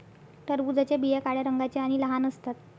टरबूजाच्या बिया काळ्या रंगाच्या आणि लहान असतात